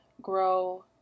grow